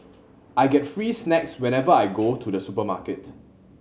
I get free snacks whenever I go to the supermarket